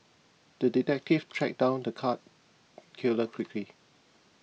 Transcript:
the detective tracked down the cat killer quickly